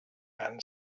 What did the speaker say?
man